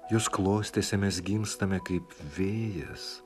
jos klostėse mes gimstame kaip vėjas